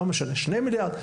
לא משנה, 2 מיליארד ₪?